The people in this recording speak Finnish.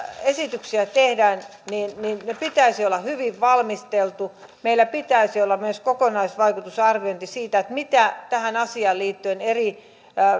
esityksiä tehdään niiden pitäisi olla hyvin valmisteltuja meillä pitäisi olla myös kokonaisvaikutusarviointi siitä mitä tähän asiaan liittyen eri